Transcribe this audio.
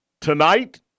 tonight